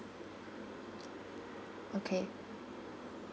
okay